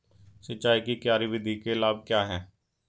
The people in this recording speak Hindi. सिंचाई की क्यारी विधि के लाभ क्या हैं?